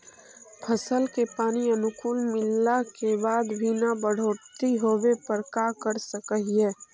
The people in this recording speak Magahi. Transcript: फसल के पानी अनुकुल मिलला के बाद भी न बढ़ोतरी होवे पर का कर सक हिय?